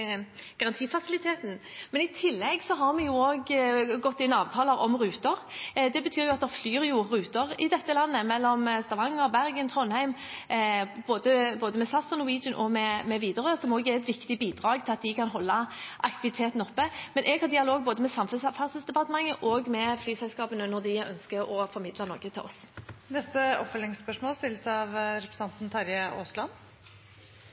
garantifasiliteten, men i tillegg har vi inngått avtaler om ruter. Det betyr at det blir flydd ruter i dette landet, mellom Stavanger, Bergen, Trondheim osv., med både SAS, Norwegian og Widerøe, noe som også er et viktig bidrag for at de skal kunne holde aktiviteten oppe. Jeg har dialog med både Samferdselsdepartementet og flyselskapene, når de ønsker å formidle noe til oss. Terje Aasland – til oppfølgingsspørsmål.